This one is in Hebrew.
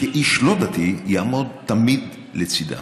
כאיש לא דתי, אעמוד תמיד לצידם.